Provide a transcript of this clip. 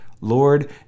Lord